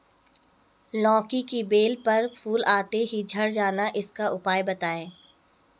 लौकी की बेल पर फूल आते ही झड़ जाना इसका उपाय बताएं?